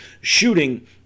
Shooting